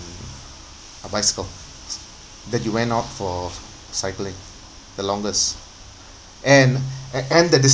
a bicycle that you went out for cycling the longest and and the